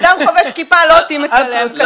אדם חובש כיפה לא אותי מצלם.